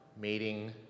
meeting